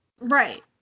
Right